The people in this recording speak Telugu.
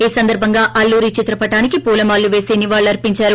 ఈ సందర్భముగా అల్లూరి చిత్ర పటానికి పులా మాలలు పేసి నివాళులు అర్పించారు